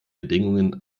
bedingungen